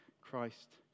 Christ